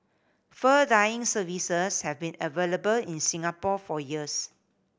fur dyeing services have been available in Singapore for years